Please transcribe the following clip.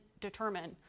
determine